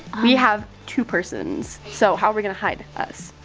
we have two persons, so how are we gonna hide us?